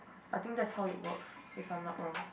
I think that how it's works if I'm not wrong